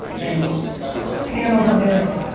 handles everywhere. handles on handles.